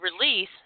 release